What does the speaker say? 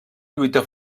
lluita